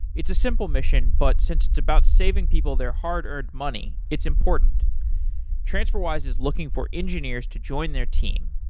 it's a simple mission, but since it's about saving people their hard-earned money, it's important transferwise is looking for engineers to join their team.